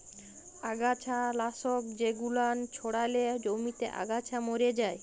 আগাছা লাশক জেগুলান ছড়ালে জমিতে আগাছা ম্যরে যায়